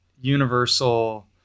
universal